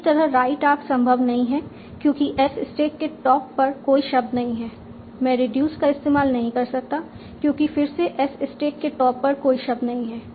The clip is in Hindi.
इसी तरह राइट आर्क संभव नहीं है क्योंकि S स्टैक के टॉप पर कोई शब्द नहीं है मैं रिड्यूस का इस्तेमाल नहीं कर सकता क्योंकि फिर से S स्टैक के टॉप पर कोई शब्द नहीं है